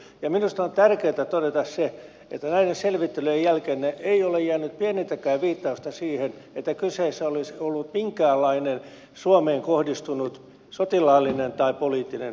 ja minusta on tärkeätä todeta se että näiden selvittelyjen jälkeen ei ole jäänyt pienintäkään viittausta siihen että kyseessä olisi ollut minkäänlainen suomeen kohdistunut sotilaallinen tai poliittinen uhka